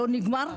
לא נגמר,